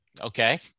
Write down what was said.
Okay